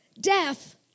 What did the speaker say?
death